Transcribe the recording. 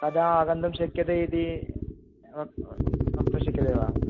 कदा आगन्तुं शक्यते इति वक्तुं वक्तुं शक्यते वा